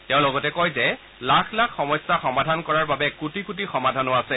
তেওঁ লগতে কয় যে লাখ লাখ সমস্যা সমাধান কৰাৰ বাবে কোটি কোটি সমাধানো আছে